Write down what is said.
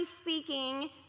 speaking